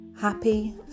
Happy